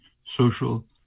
social